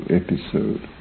episode